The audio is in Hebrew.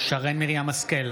שרן מרים השכל,